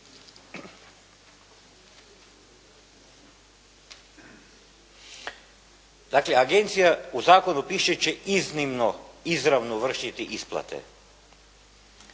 Dakle, agencija u zakonu piše da će iznimno, izravno vršiti isplate.